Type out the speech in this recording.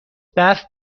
برف